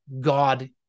God